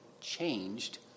changed